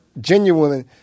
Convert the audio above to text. genuine